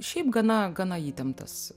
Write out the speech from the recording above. šiaip gana gana įtemptas